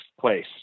place